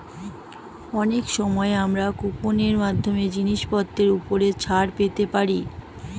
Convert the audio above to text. অনেক সময় আমরা কুপন এর মাধ্যমে জিনিসপত্রের উপর ছাড় পেতে পারি